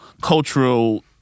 cultural